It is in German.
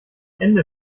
ende